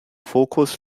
fokus